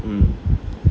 mm